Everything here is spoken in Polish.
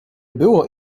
było